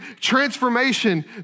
transformation